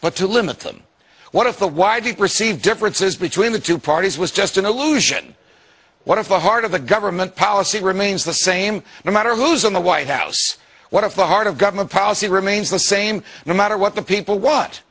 but to limit them one of the widely perceived differences between the two parties was just an illusion what if the heart of the government policy remains the same no matter who's in the white house what if the heart of government policy remains the same no matter what the people what